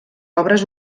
obres